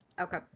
Okay